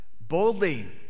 Boldly